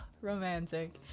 romantic